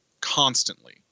constantly